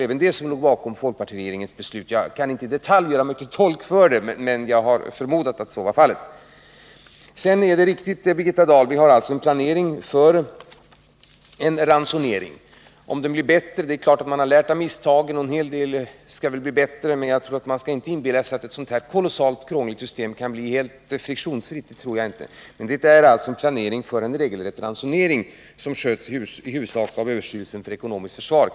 Även detta låg väl bakom folkpartiregeringens beslut; jag kan inte i detalj göra mig till tolk för den, men jag förmodar att så var fallet. Det är riktigt, Birgitta Dahl, att vi har en planering för en ransonering. Det är klart att man har lärt av misstagen, och en hel del skall väl bli bättre, men vi skall inte inbilla oss att ett sådant kolossalt krångligt system kan bli helt friktionsfritt. Vi planerar alltså för en regelrätt ransonering, som sköts i huvudsak av överstyrelsen för ekonomiskt försvar.